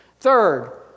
Third